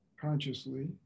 consciously